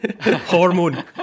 Hormone